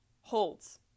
holds